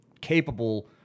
capable